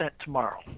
tomorrow